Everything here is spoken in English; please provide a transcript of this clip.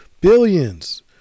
Billions